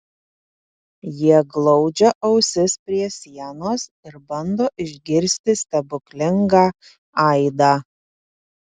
jie glaudžia ausis prie sienos ir bando išgirsti stebuklingą aidą